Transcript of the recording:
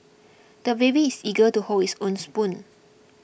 the baby is eager to hold his own spoon